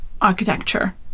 architecture